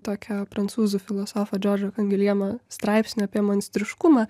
tokio prancūzų filosofo džordžo kangiliemo straipsnio apie monstriškumą